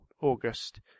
August